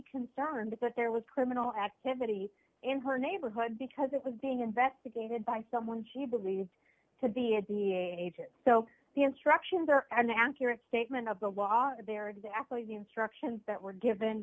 concerned that there was criminal activity in her neighborhood because it was being investigated by someone she believed to be at the agent so the instructions are an accurate statement of the lot of their exactly the instructions that were given